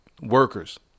workers